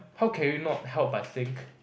how can you not help but think